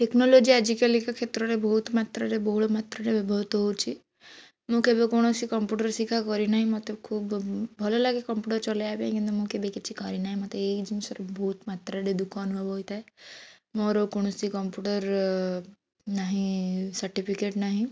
technology ଆଜିକାଲିକା କ୍ଷେତ୍ରରେ ବହୁତ ମାତ୍ରାରେ ବହୁଳ ମାତ୍ରାରେ ବ୍ୟବହୃତ ହେଉଛି ମୁଁ କେବେ କୌଣସି କମ୍ପ୍ୟୁଟର ଶିକ୍ଷା କରିନାହିଁ ମୋତେ ଖୁବ ଭଲ ଲାଗେ କମ୍ପ୍ୟୁଟର ଚଲାଇବା ପାଇଁ କିନ୍ତୁ ମୁଁ କେବେ କିଛି କରିନାହିଁ ମୋତେ ଏଇ ଜିନିଷରେ ବହୁତ ମାତ୍ରାରେ ଦୁଃଖ ଅନୁଭବ ହୋଇଥାଏ ମୋର କୌଣସି କମ୍ପ୍ୟୁଟର ନାହିଁ ସାର୍ଟିଫିକେଟ ନାହିଁ